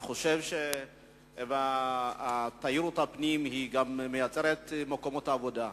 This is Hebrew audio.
אני חושב שתיירות הפנים גם מייצרת מקומות עבודה.